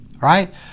right